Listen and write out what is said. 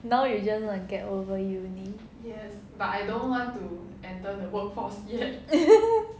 now you just want to get over uni